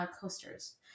coasters